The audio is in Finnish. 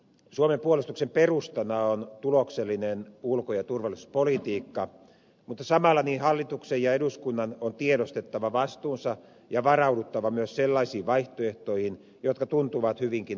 suomen puolustuksen perustana on tuloksellinen ulko ja turvallisuuspolitiikka mutta samalla hallituksen ja eduskunnan on tiedostettava vastuunsa ja varauduttava myös sellaisiin vaihtoehtoihin jotka tuntuvat hyvinkin epätodennäköisiltä